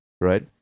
right